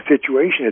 situation